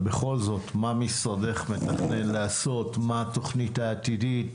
משרדך מתכנן לעשות, מה התוכנית העתידית,